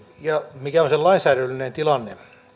ja mikä on sen lainsäädännöllinen tilanne